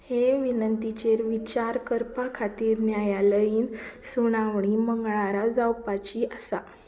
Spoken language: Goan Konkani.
हे विनंतीचेर विचार करपा खातीर न्यायालयीन सुणावणी मंगळारा जावपाची आसा